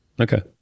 Okay